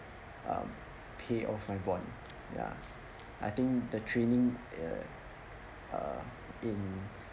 um pay off my bond ya I think the training uh in